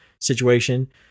situation